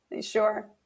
Sure